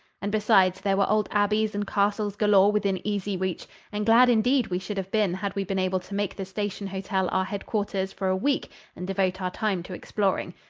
and besides, there were old abbeys and castles galore within easy reach and glad indeed we should have been had we been able to make the station hotel our headquarters for a week and devote our time to exploring.